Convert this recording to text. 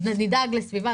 נדאג לסביבה.